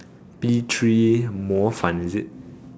T three 模范 is it